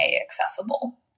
accessible